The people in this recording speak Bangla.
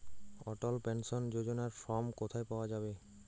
অটল পেনশন যোজনার ফর্ম কোথায় পাওয়া যাবে?